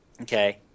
Okay